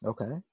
Okay